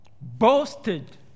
boasted